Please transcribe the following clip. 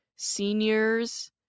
Seniors